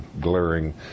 glaring